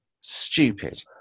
stupid